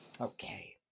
Okay